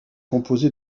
composé